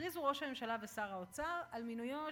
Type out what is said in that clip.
הכריזו ראש הממשלה ושר האוצר על מינויו